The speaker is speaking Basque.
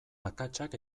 akatsak